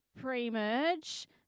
pre-merge